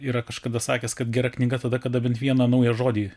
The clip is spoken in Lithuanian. yra kažkada sakęs kad gera knyga tada kada bent vieną naują žodį